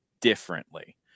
differently